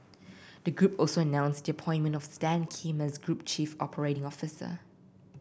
the group also announced the appointment of Stan Kim as group chief operating officer